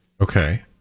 Okay